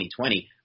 2020